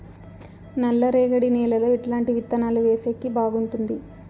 నల్లరేగడి నేలలో ఎట్లాంటి విత్తనాలు వేసేకి బాగుంటుంది?